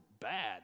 bad